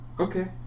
Okay